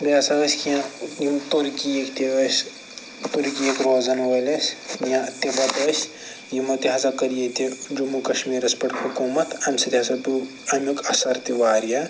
بییٚہٕ ہسا ٲسۍ کیٚنٛہہ یِم تُرکیٖیکۍ تہِ ٲسۍ تُرکیٖیکۍ روزَن وٲلۍ ٲسۍ یا تِبت ٲسۍ یِمو تہِ ہسا کٔر ییٚتہِ جموں کشمیٖرس پٮ۪ٹھ حکومت امہِ سۭتۍ ہسا پیٛو امیٛک اثر تہِ واریاہ